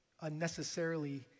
unnecessarily